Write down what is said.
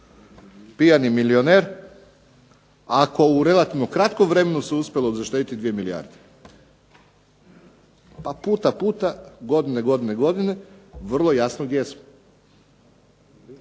pijani milioner ako u relativno kratkom vremenu se uspjelo zaštedjeti 2 milijarde. Pa puta puta godine godine godine, vrlo jasno gdje smo.